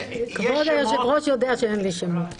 כבוד היושב-ראש יודע שאין לי שמות.